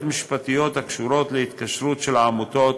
משפטיות הקשורות להתקשרות של העמותות